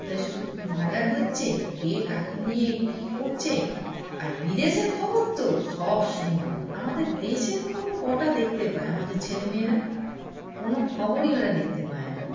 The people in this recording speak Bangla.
কোথায় শুধু মার্ডার হচ্ছে কে কাকে নিয়ে কী করছে আর বিদেশের খবর তো সব সমময় আমাদের দেশের খবর কটা দেখতে পায় আমাদের ছেলেমেয়েরা কোনো খবরই ওরা দেখতে পায় না